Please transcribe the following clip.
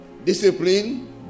Discipline